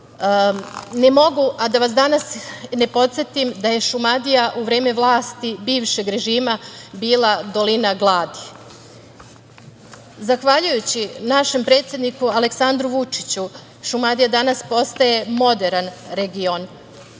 mogu, a da vas ne podsetim da je Šumadija u vreme vlasti bivšeg režima bila dolina gladi. Zahvaljujući našem predsedniku Aleksandru Vučiću, Šumadija danas postaje moderan region. Onima